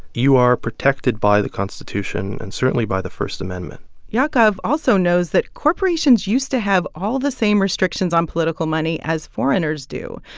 you are protected by the constitution and certainly by the first amendment yaakov also knows that corporations used to have all the same restrictions on political money as foreigners do.